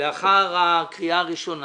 לאחר הקריאה הראשונה